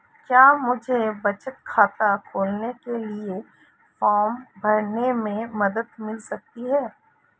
क्या मुझे बचत खाता खोलने के लिए फॉर्म भरने में मदद मिल सकती है?